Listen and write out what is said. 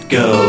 go